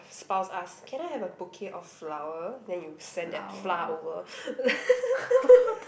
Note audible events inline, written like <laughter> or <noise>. spouse ask can I have a bouquet of flower then you send that flour over <laughs>